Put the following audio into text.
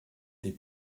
des